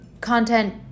content